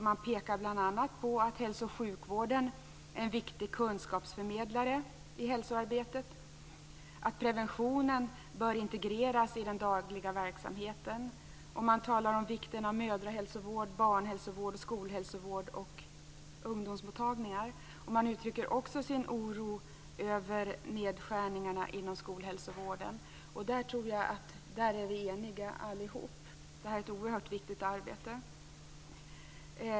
Man pekar bl.a. på att hälso och sjukvården är en viktig kunskapsförmedlare i hälsoarbetet och att preventionen bör integreras i den dagliga verksamheten. Man talar om vikten av mödrahälsovård, barnhälsovård, skolhälsovård och ungdomsmottagningar. Man uttrycker också sin oro över nedskärningarna inom skolhälsovården. Där tror jag att vi är eniga allihopa. Det är ett oerhört viktigt arbete.